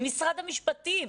הם משרד המשפטים,